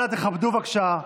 אנא, תכבדו, בבקשה.